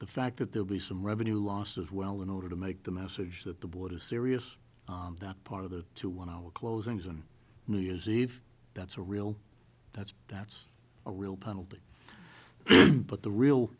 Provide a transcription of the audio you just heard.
the fact that there will be some revenue loss as well in order to make the message that the board is serious not part of the two one i would closings and new year's eve that's a real that's that's a real penalty but the real